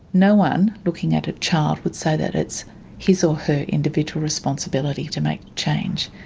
no one, looking at a child, would say that it's his or her individual responsibility to make change.